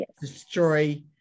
destroy